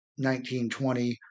1920